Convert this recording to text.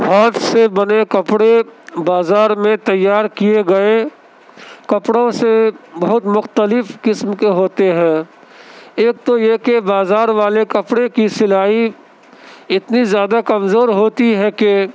ہاتھ سے بنے کپڑے بازار میں تیار کیے گئے کپڑوں سے بہت مختلف قسم کے ہوتے ہیں ایک تو یہ کہ بازار والے کپڑے کی سلائی اتنی زیادہ کمزور ہوتی ہے کہ